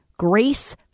grace